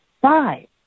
Five